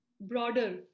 broader